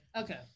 Okay